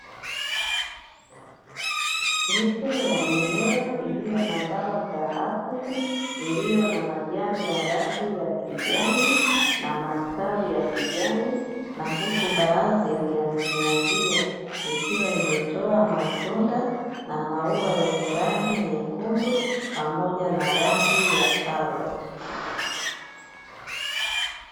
Miche ya mimea iliyo na dawa za asili, iliyo na majani ya rangi ya kijani, na matawi ya kijani, na huku baadhi ya mimea hiyo ikiwa imetoa matunda, na maua yenye rangi nyekundu, pamoja na rangi ya karoti.